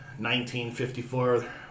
1954